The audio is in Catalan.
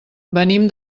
venim